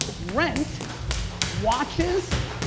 rent watches,